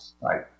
right